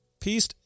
Peace